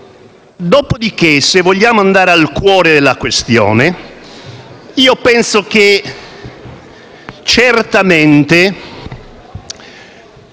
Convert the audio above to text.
Dopodiché, se vogliamo andare al cuore della questione, penso che certamente